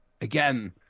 again